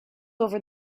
over